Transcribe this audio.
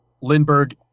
Lindbergh